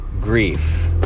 grief